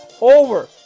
over